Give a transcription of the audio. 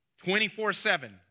24-7